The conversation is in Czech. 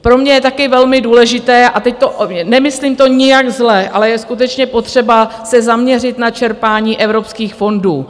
Pro mě je také velmi důležité, a teď to nemyslím nijak zle, ale je skutečně potřeba se zaměřit na čerpání evropských fondů.